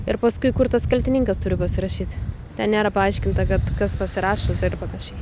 ir paskui kur tas kaltininkas turi pasirašyt ten nėra paaiškinta kad kas pasirašo tai ir panašiai